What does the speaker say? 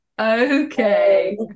okay